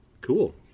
cool